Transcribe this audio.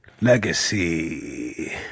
legacy